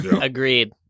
Agreed